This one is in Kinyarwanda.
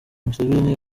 museveni